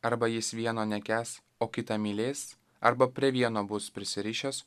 arba jis vieno nekęs o kitą mylės arba prie vieno bus prisirišęs